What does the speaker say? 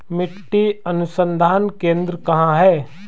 मिट्टी अनुसंधान केंद्र कहाँ है?